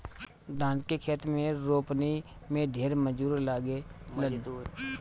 धान के खेत में रोपनी में ढेर मजूर लागेलन